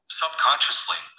subconsciously